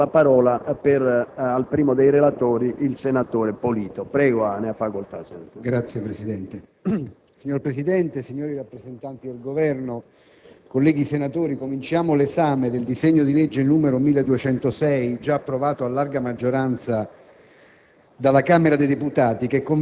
Signor Presidente, signori rappresentanti del Governo, colleghi senatori, cominciamo oggi l'esame del disegno di legge n. 1026, già approvato a larga maggioranza